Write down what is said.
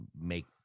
make